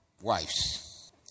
wives